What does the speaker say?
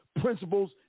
principles